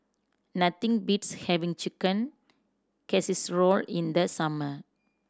nothing beats having Chicken Casserole in the summer